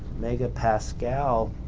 megapascal